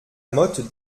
motte